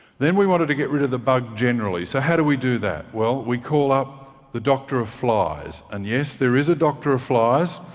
then we wanted to get rid of the bug generally. so how do we do that? well, we call up the doctor of flies and, yes, there is a doctor of flies.